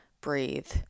breathe